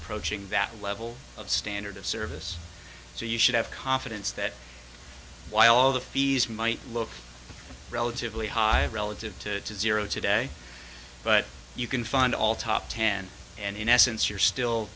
approaching that level of standard of service so you should have confidence that while the fees might look relatively high relative to your zero today but you can find all top ten and in essence you're still